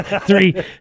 Three